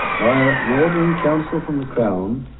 via an ordering council from the crown,